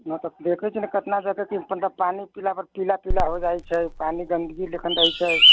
मतलब देखै छियै ने कितना जगहके मतलब पानी पीलापर पीला पीला हो जाइ छै पानी गन्दगी देखन रहै छै